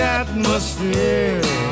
atmosphere